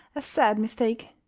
a sad mistake.